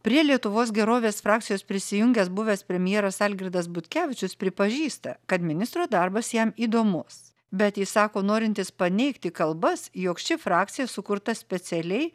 prie lietuvos gerovės frakcijos prisijungęs buvęs premjeras algirdas butkevičius pripažįsta kad ministro darbas jam įdomus bet jis sako norintis paneigti kalbas jog ši frakcija sukurta specialiai